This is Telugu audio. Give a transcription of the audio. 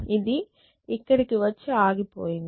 ఇది ఇక్కడికి వచ్చి ఆగిపోయింది